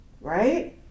Right